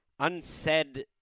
unsaid